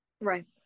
right